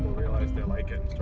realize they like it,